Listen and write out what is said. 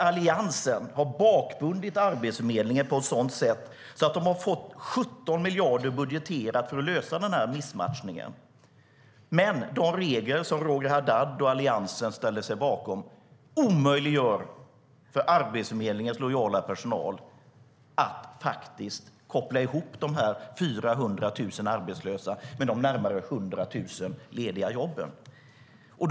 Alliansen har bakbundit Arbetsförmedlingen på ett sådant sätt att de har fått 17 miljarder, budgeterat, för att lösa den här missmatchningen. Men de regler som Roger Haddad och Alliansen ställde sig bakom omöjliggör för Arbetsförmedlingens lojala personal att faktiskt koppla ihop de 400 000 arbetslösa med de närmare 100 000 lediga jobben.